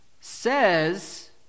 says